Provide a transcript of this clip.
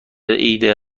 ایده